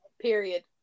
period